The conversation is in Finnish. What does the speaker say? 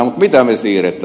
mutta mitä me siirrämme